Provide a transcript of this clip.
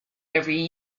every